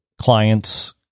clients